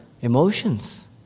emotions